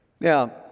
Now